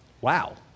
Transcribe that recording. Wow